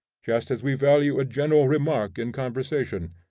just as we value a general remark in conversation.